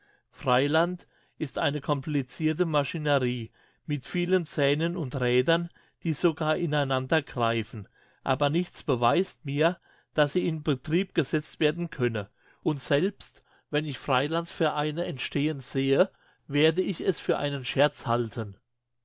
freiland ist eine complicirte maschinerie mit vielen zähnen und rädern die sogar ineinander greifen aber nichts beweist mir dass sie in betrieb gesetzt werden könne und selbst wenn ich freilands vereine entstehen sehe werde ich es für einen scherz halten